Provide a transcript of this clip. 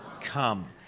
come